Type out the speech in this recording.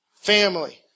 family